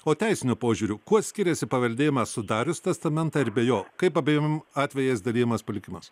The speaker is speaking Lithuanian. o teisiniu požiūriu kuo skiriasi paveldėjimas sudarius testamentą ir be jo kaip abiem atvejais dalijamas palikimas